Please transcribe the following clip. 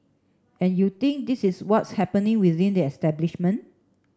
and you think this is what's happening within the establishment